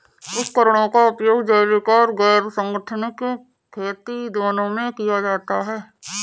उपकरणों का उपयोग जैविक और गैर संगठनिक खेती दोनों में किया जाता है